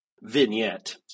vignette